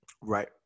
Right